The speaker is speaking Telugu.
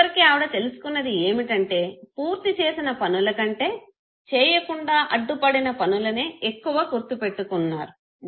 చివరికి ఆవిడ తెలుసుకున్నది ఏమిటంటే పూర్తి చేసిన పనుల కంటే చేయకుండా అడ్డుపడిన పనులనే ఎక్కువ గుర్తుపెట్టుకున్నారు